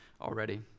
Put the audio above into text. already